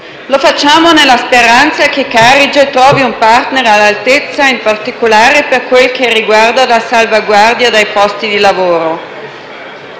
Lo facciamo nella speranza che Carige trovi un *partner* all'altezza, in particolare per quel che riguarda la salvaguardia dei posti di lavoro.